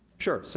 sure, so